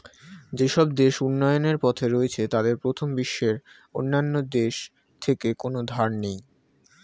যেসব দেশ উন্নয়নের পথে রয়েছে তাদের প্রথম বিশ্বের অন্যান্য দেশ থেকে কোনো ধার নেই